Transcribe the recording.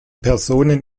personen